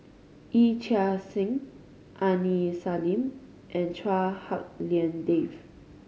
Yee Chia Hsing Aini Salim and Chua Hak Lien Dave